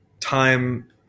time